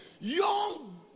young